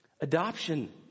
Adoption